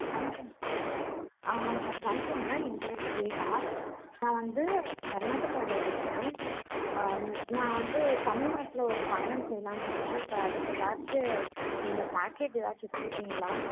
வணக்கம் வணக்கங்க என் பேர் ஸ்வேதா நான் வந்து கர்நாடகாவில் இருக்கேன் நான் வந்து தமிழ்நாட்டில் ஒரு பயணம் செய்யலானிருக்கேன் ஸோ அதுக்கு ஏதாச்சு நீங்கள் பேக்கேஜ் ஏதாச்சும் வெச்சுருக்கீங்களா